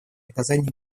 оказании